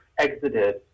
exited